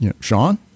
Sean